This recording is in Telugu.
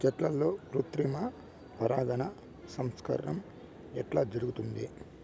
చెట్లల్లో కృత్రిమ పరాగ సంపర్కం ఎట్లా జరుగుతుంది?